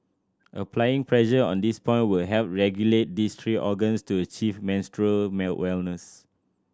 applying pressure on this point will help regulate these three organs to achieve menstrual wellness